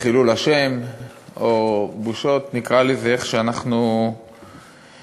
חילול השם או בושות, נקרא לזה איך שאנחנו רוצים.